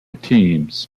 teams